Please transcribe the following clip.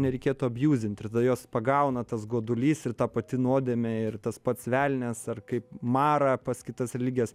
nereikėtų abjuzint ir tada juos pagauna tas godulys ir ta pati nuodėmė ir tas pats velnias ar kaip mara pas kitas ligas